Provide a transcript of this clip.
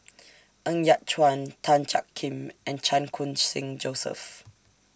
Ng Yat Chuan Tan Jiak Kim and Chan Khun Sing Joseph